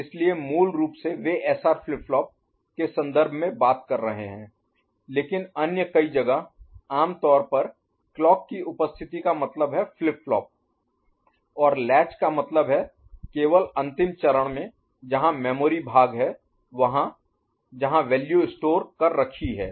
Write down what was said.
इसलिए मूल रूप से वे एसआर फ्लिप फ्लॉप के सन्दर्भ में बात कर रहे हैं लेकिन अन्य कई जगह आम तौर पर क्लॉक की उपस्थिति का मतलब है फ्लिप फ्लॉप और लैच का मतलब है कि यह केवल अंतिम चरण में जहां मेमोरी भाग है वहाँ जहाँ वैल्यू स्टोर Store संग्रह कर रखी है